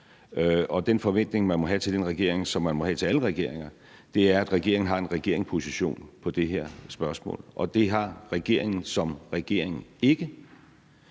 og den forventning, man må have til den regering, og som man må have til alle regeringer, er, at regeringen har en regeringsposition på det her spørgsmål. Det har regeringen som regering ikke,